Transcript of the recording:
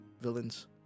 villains